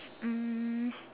um